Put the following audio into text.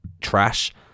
trash